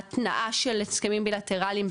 התנעה של הסכמים בילטרליים,